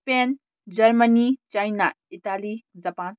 Spain Germany China Italy Japan